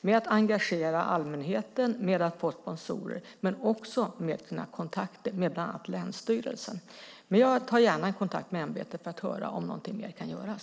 med att engagera allmänheten och få sponsorer och i sina kontakter med bland annat länsstyrelsen. Jag tar gärna en kontakt med ämbetet för att höra om någonting mer kan göras.